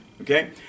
okay